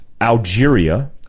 Algeria